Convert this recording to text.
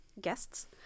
guests